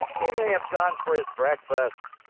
he may have gone for his breakfast,